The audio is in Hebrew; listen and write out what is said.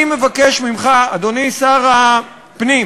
אני מבקש ממך, אדוני שר הפנים,